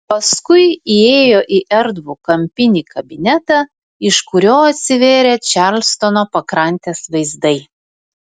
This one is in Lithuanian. paskui įėjo į erdvų kampinį kabinetą iš kurio atsivėrė čarlstono pakrantės vaizdai